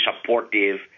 supportive